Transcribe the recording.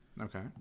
Okay